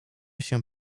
się